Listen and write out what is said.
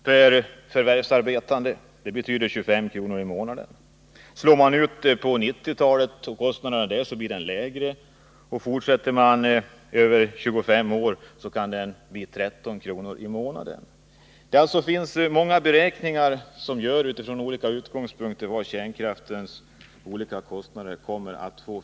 per förvärvsarbetande; det betyder 25 kr. i månaden. Slår man ut dem på 1980-talet blir kostnaderna lägre, och fortsätter man över 25 år kan de bli 13 kr. i månaden. Det finns alltså många olika beräkningar från skilda utgångspunkter när det gäller kostnaderna för kärnkraften.